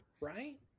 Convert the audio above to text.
right